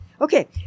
Okay